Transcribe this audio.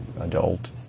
adult